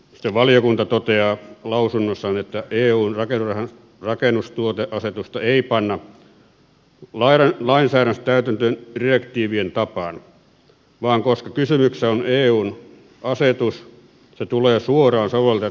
valiokunta toteaa lausunnossaan että eun rakennustuoteasetusta ei panna lainsäädännössä täytäntöön direktiivien tapaan vaan koska kysymyksessä on eun asetus se tulee suoraan sovellettavaksi